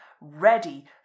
ready